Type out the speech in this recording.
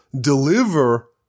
deliver